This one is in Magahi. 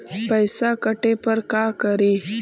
पैसा काटे पर का करि?